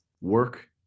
Work